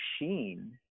machine